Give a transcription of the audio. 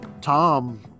Tom